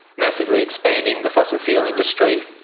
massively expanding the fossil fuel industry,